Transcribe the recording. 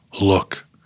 look